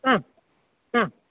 ആ ആ